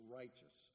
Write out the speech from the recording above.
righteous